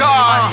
God